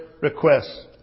requests